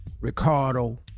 Ricardo